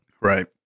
Right